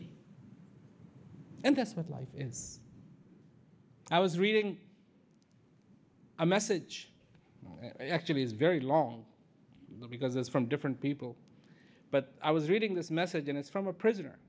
be and that's what life is i was reading a message actually is very long because there's from different people but i was reading this message and it's from a pr